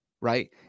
right